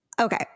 Okay